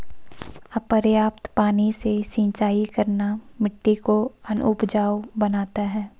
अपर्याप्त पानी से सिंचाई करना मिट्टी को अनउपजाऊ बनाता है